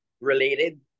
related